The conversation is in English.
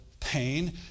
pain